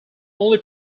only